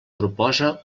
proposa